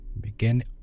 Begin